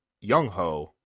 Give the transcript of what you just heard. Young-ho